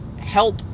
help